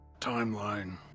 Timeline